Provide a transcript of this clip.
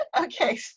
Okay